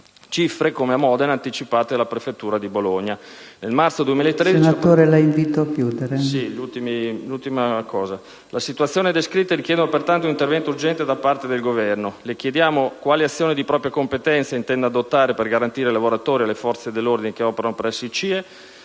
Le situazioni descritte richiedono pertanto un intervento urgente da parte del Governo, cui chiediamo, anzitutto, quali azioni di propria competenza intenda adottare per garantire i lavoratori e le forze dell'ordine che operano presso i CIE